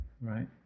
right